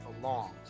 belongs